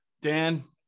Dan